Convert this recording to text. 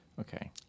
Okay